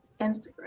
Instagram